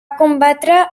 combatre